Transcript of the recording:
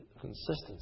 consistency